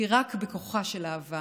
כי רק בכוחה של אהבה